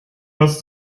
das